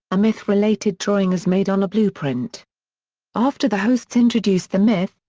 a myth-related drawing is made on a blueprint after the hosts introduce the myth,